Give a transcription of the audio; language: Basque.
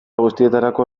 guztietarako